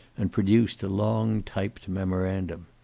and produced a long typed memorandum.